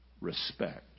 Respect